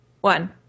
one